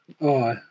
Aye